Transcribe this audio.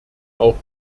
auch